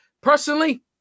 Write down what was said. personally